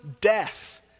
death